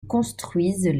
construisent